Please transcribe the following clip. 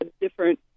different